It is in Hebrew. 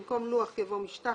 במקום "לוח" יבוא "משטח",